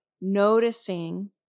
noticing